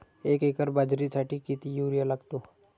एक एकर बाजरीसाठी किती युरिया लागतो?